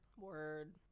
word